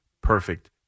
perfect